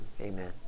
amen